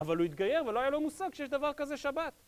אבל הוא התגייר ולא היה לו מושג שיש דבר כזה שבת.